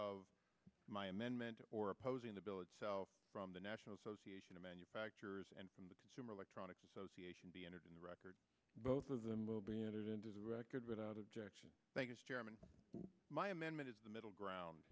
of my amendment or opposing the bill from the national association of manufacturers and from the consumer electronics association be entered in the record both of them will be entered into the record without objection and my amendment is the middle ground